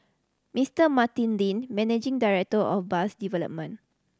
Mister Martin Dean managing director of bus development